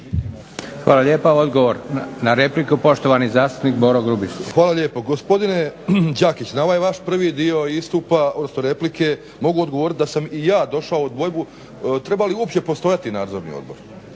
Hvala lijepa. Odgovor na repliku poštovani zastupnik Boro Grubišić. **Grubišić, Boro (HDSSB)** Hvala lijepo. Gospodine Đakić, na ovaj vaš prvi dio istupa odnosno replike mogu odgovoriti da sam i ja došao u dvojbu treba li uopće postojati Nadzorni odbor.